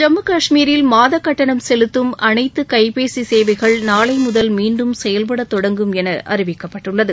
ஜம்மு காஷ்மீரில் மாத கட்டணம் செலுத்தும் அனைத்து கைபேசி சேவைகள் நாளை முதல் மீண்டும் செயல்பட தொடங்கும் என அறிவிக்கப்பட்டுள்ளது